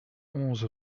onze